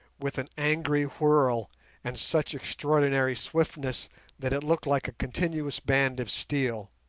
with an angry whirl and such extraordinary swiftness that it looked like a continuous band of steel,